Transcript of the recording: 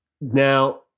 Now